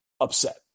upset